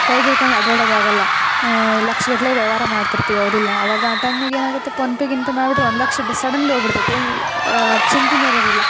ಕೈಯಾಗ ಹಿಡ್ಕಂಡು ಅಡ್ಡಾಡದು ಆಗಲ್ಲ ಲಕ್ಷ ಗಟ್ಟಲೆ ವ್ಯವಹಾರ ಮಾಡ್ತಿರ್ತೀವಿ ಹೌದಿಲ್ಲ ಆವಾಗ ಆ ಟೈಮ್ನ್ಯಾಗ ಏನಾಗತ್ತೆ ಪೋನ್ಪೇ ಗೀನ್ಪೇ ಮಾಡ್ಬಿಟ್ರೆ ಒಂದು ಲಕ್ಷ ಸಡೆನ್ಲಿ ಹೋಬಿಡ್ತೈತಿ ಏನು ಚಿಂತೆನೆ ಇರೊದಿಲ್ಲ